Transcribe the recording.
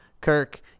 Kirk